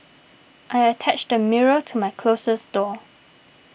I attached a mirror to my closet door